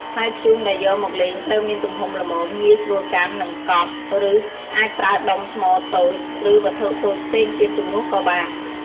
ហើយធ្យូងដែលយកមកលេងត្រូវមានទំហំល្មម ងាយស្រួលកាន់ និងកប់ ឬអាចប្រើដុំថ្មតូច ឬវត្ថុតូចផ្សេងទៀតជំនួសក៏បាន។